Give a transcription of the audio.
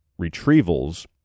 retrievals